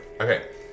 Okay